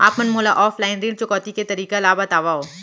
आप मन मोला ऑफलाइन ऋण चुकौती के तरीका ल बतावव?